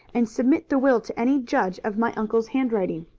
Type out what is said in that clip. and submit the will to any judge of my uncle's handwriting.